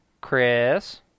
Chris